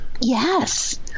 Yes